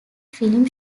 film